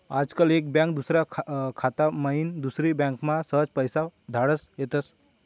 आजकाल एक बँक खाता माईन दुसरी बँकमा सहज पैसा धाडता येतस